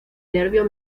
nervio